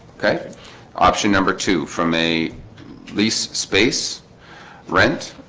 okay option number two from a lease space rent,